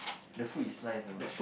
the food is nice though